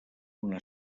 una